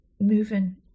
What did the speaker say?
moving